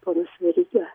ponas veryga